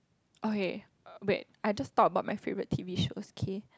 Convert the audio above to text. okay wait I'll just talk about my favourite t_v shows okay